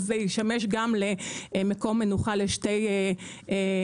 אז זה ישמש גם למקום מנוחה לשתי משאיות.